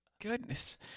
goodness